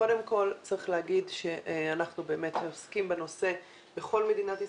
קודם כול צריך להגיד שאנחנו באמת עוסקים בנושא בכל מדינת ישראל,